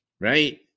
right